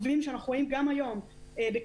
מכך יהיו עיכובים, אנחנו רואים גם היום בקווים.